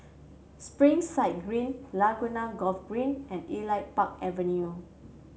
Springside Green Laguna Golf Green and Elite Park Avenue